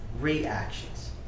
reactions